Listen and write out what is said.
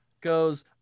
goes